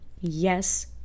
Yes